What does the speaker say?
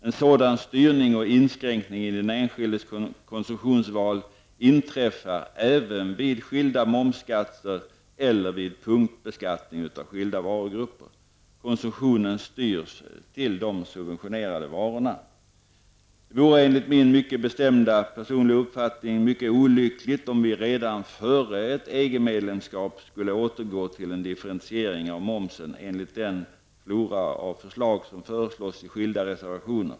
En sådan styrning och inskränkning i den enskildes konsumtionsval inträffar även vid skilda momsskattesatser eller vid punktbeskattning av skilda varugruper. Konsumtionen styrs till de subventionerade varorna. Det vore, enligt min mycket bestämda personliga uppfattning mycket olyckligt om vi redan före ett EG-medlemskap skulle återgå till en differentiering av momsen enligt den flora av förslag som föreslås i skilda reservationer.